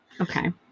Okay